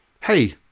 hey